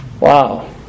Wow